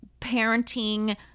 parenting